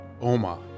oma